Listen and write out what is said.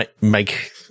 make